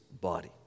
body